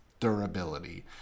durability